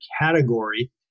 category